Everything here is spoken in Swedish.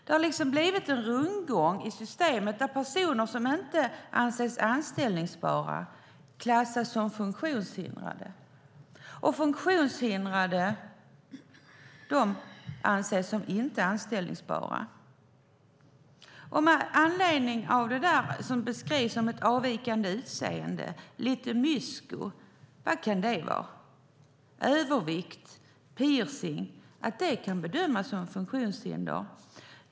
Det har blivit en rundgång i systemet, där personer som inte anses anställbara klassas som funktionshindrade och funktionshindrade anses som inte anställbara. Det som beskrivs som ett avvikande utseende, lite mysko, vad kan det vara? Är det övervikt eller piercning? Kan det bedömas som funktionshinder?